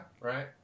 right